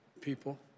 people